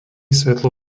svetlo